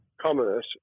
commerce